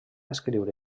escriure